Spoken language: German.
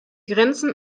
grenzen